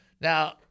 Now